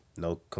No